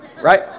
Right